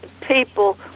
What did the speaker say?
people